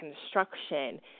construction